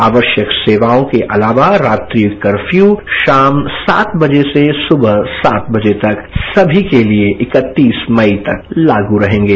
आवश्यक सेवाओं के अलावा रात्रि कर्फ़यू शाम सात बजे से सुबह सात बजे तक सभी के लिए इकतीस मई तक लागू रहेंगे